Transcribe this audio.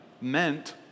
meant